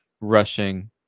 rushing